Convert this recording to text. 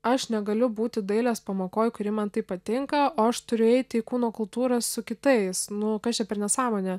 aš negaliu būti dailės pamokoj kuri man taip patinka o aš turiu eiti į kūno kultūrą su kitais nu kas čia per nesąmonė